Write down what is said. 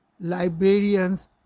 librarians